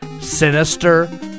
sinister